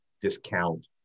discount